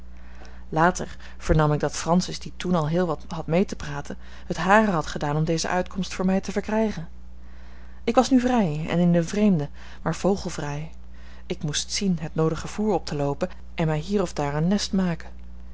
later vernam ik dat francis die toen al heel wat had mee te praten het hare had gedaan om deze uitkomst voor mij te verkrijgen ik was nu vrij en in den vreemde maar vogelvrij ik moest zien het noodige voer op te loopen en mij hier of daar een nest maken